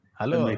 Hello